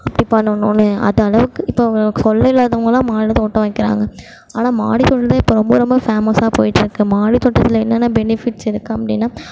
இப்படி பண்ணணும்னு அது அளவுக்கு இப்போ கொல்லை இல்லாதவங்கள்லாம் மாடி தோட்டம் வைக்கிறாங்க ஆனால் மாடி தோட்டந்தான் இப்போ ரொம்ப ரொம்ப ஃபேமஸாக போய்ட்ருக்கு மாடி தோட்டத்தில் என்னென்ன பெனிஃபிட்ஸ் இருக்கு அப்படின்னா